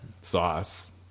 sauce